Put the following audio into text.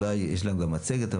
יש לנו גם מצגת,